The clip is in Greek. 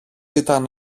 ήταν